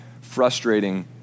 frustrating